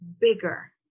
bigger